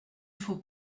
faut